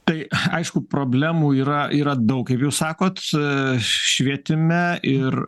tai aišku problemų yra yra daug kaip jūs sakot švietime ir